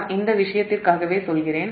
நான் இந்த விஷயத்திற்காகவே சொல்கிறேன்